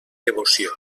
devoció